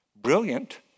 Brilliant